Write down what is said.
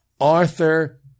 Arthur